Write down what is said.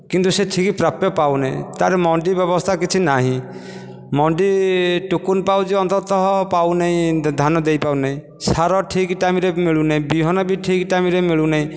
କିନ୍ତୁ ସେ ଠିକ୍ ପ୍ରାପ୍ୟ ପାଉନାହିଁ ତା'ପରେ ମଣ୍ଡି ବ୍ୟବସ୍ଥା କିଛି ନାହିଁ ମଣ୍ଡି ଟୁକନ୍ ପାଉଛି ଅନ୍ତତଃ ପାଉନି ଧାନ ଦେଇ ପାରୁନି ସାର ଠିକ୍ ଟାଇମ୍ରେ ମିଳୁନାହିଁ ବିହନ ବି ଠିକ୍ ଟାଇମ୍ରେ ମିଳୁନାହିଁ